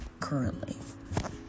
currently